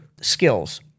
skills